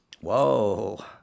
Whoa